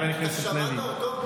חבר הכנסת לוי, שמעת אותו?